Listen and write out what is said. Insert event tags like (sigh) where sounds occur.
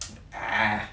(noise)